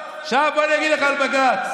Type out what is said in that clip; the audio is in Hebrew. עכשיו אני אגיד לך על בג"ץ.